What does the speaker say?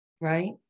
Right